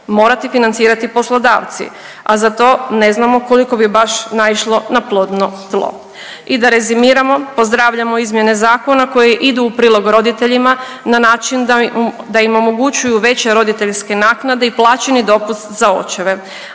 morati financirati poslodavci, a za to ne znamo koliko bi baš naišlo na plodno tlo. I da rezimiramo, pozdravljamo izmjene zakona koji idu u prilog roditeljima na način da im omogućuju veće roditeljske naknade i plaćeni dopust za očeve,